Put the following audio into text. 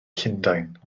llundain